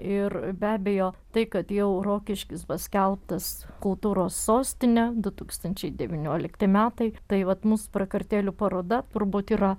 ir be abejo tai kad jau rokiškis paskelbtas kultūros sostine du tūkstančiai devyniolikti metai tai vat mūsų prakartėlių paroda turbūt yra